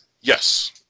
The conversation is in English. Yes